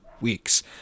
weeks